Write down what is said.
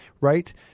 Right